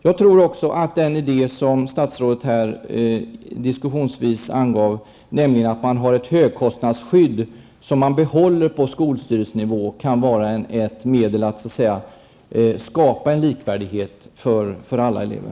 Jag tror att den idé som statsrådet diskussionsvis gav, nämligen att ett högkostnadsskydd behålls på skolstyrelsenivå, kan skapa en likvärdighet för alla elever.